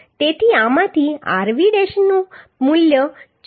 તેથી આમાંથી આરવી ડેશનું મૂલ્ય 44